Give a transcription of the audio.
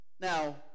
Now